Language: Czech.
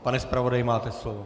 Pane zpravodaji, máte slovo.